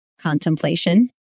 contemplation